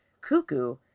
cuckoo